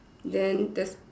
then there's